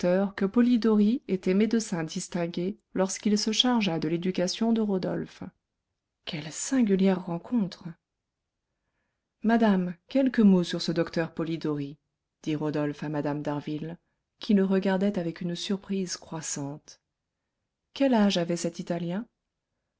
que j'ai vu hier ce charlatan bradamanti pourtant deux médecins de ce nom quelle singulière rencontre madame quelques mots sur ce docteur polidori dit rodolphe à mme d'harville qui le regardait avec une surprise croissante quel âge avait cet italien